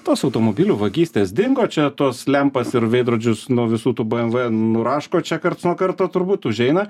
tos automobilių vagystės dingo čia tuos lempas ir veidrodžius nuo visų tų bmw nuraško čia karts nuo karto turbūt užeina